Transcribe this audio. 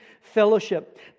fellowship